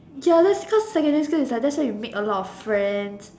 ya thats cause secondary school is like that's when you make a lot of friends